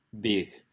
big